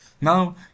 Now